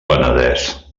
penedès